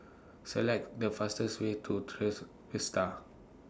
Select The fastest Way to Tres Vista